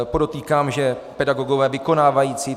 Podotýkám, že pedagogové vykonávající...